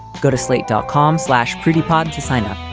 go to slate dot com slash pretty pod to sign up.